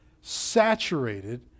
saturated